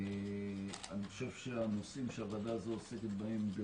אני חושב שהנושאים שהוועדה הזו עוסקת בהם הם